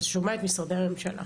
שאתה שומע את משרדי הממשלה.